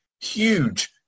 huge